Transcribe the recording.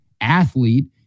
athlete